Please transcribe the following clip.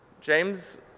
James